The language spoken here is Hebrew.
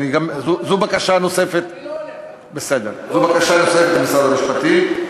זו בקשה נוספת ממשרד המשפטים.